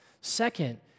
Second